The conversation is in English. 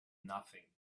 nothing